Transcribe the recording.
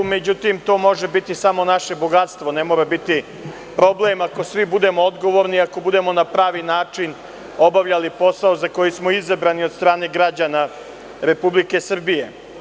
Međutim to može biti samo naše bogatstvo, ne mora biti problem ako svi budemo odgovorni, ako budemo na pravi način obavljali posao za koji smo izabrani od strane građana Republike Srbije.